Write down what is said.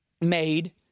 Made